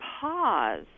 pause